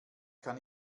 kann